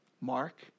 Mark